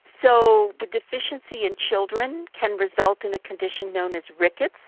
so the deficiency in children can result in a condition known as rickets,